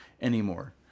anymore